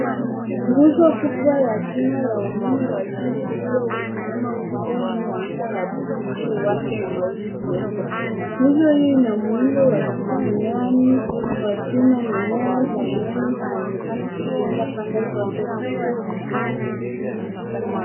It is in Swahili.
Nguzo kubwa ya chuma ya umeme wa juu ikiwa imesimama wima juu ya anga la buluu lililo wazi mawingu meupe, Nguzo hio ina muundo wa kimiani wa chuma na nyayo za umeme zinaionekana zikienda pande zote mbili.